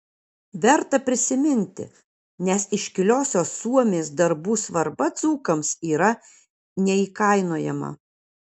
verta prisiminti nes iškiliosios suomės darbų svarba dzūkams yra neįkainojama